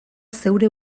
zeure